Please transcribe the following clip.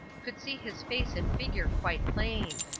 could see his face and figure quite plain.